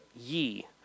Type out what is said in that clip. ye